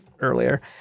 earlier